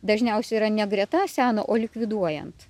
dažniausiai yra ne greta seno o likviduojant